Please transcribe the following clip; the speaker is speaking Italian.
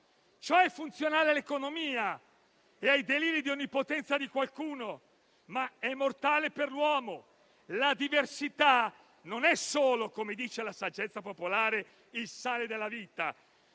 Ciò è funzionale all'economia, e ai deliri di onnipotenza di qualcuno, ma è mortale per l'uomo. La diversità non è solo, come dice la saggezza popolare, il sale della vita,